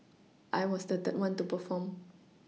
I was the third one to perform